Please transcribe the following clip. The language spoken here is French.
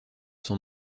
son